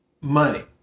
money